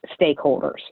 stakeholders